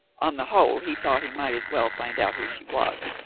on the whole, he thought he might as well find out who she was,